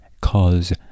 cause